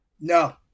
No